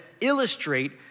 illustrate